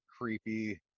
creepy